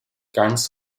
ganz